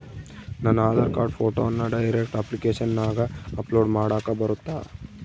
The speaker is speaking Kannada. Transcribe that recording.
ನನ್ನ ಆಧಾರ್ ಕಾರ್ಡ್ ಫೋಟೋನ ಡೈರೆಕ್ಟ್ ಅಪ್ಲಿಕೇಶನಗ ಅಪ್ಲೋಡ್ ಮಾಡಾಕ ಬರುತ್ತಾ?